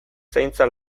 zaintza